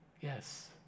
Yes